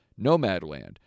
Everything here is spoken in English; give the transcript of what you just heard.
Nomadland